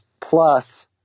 plus